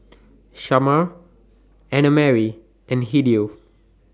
Shamar Annamarie and Hideo